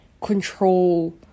control